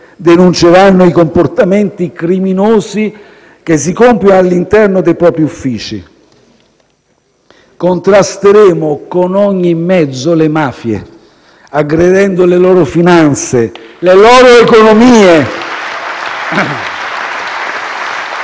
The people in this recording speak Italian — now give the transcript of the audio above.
denunceranno i comportamenti criminosi che si compiono all'interno dei propri uffici. Contrasteremo con ogni mezzo le mafie, aggredendo le loro finanze, le loro economie. *(Vivi